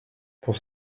pour